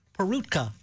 Perutka